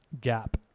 gap